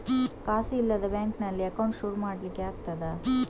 ಕಾಸು ಇಲ್ಲದ ಬ್ಯಾಂಕ್ ನಲ್ಲಿ ಅಕೌಂಟ್ ಶುರು ಮಾಡ್ಲಿಕ್ಕೆ ಆಗ್ತದಾ?